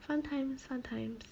fun times fun times